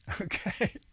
okay